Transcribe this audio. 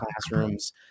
classrooms